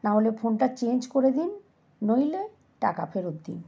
নাহলে ফোনটা চেঞ্জ করে দিন নইলে টাকা ফেরত দিন